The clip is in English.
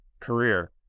career